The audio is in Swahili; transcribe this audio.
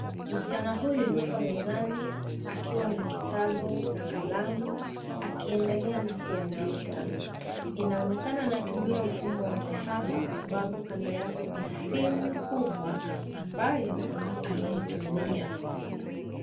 Msichana huyu yuko mezani, akiwa na kitabu, na kalamu, akiendelea na kuandika. Inaonekana anatumia mfumo wa kisasa, kwa sababu kando yake kuna simu kubwa, ambayo anaitumia.